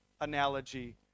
analogy